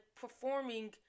performing